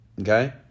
Okay